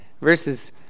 verses